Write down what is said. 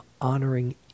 honoring